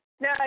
No